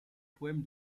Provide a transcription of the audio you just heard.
poème